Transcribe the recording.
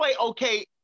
okay